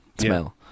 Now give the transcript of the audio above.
smell